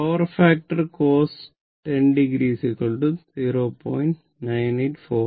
power factor cos 10 o 0